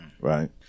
Right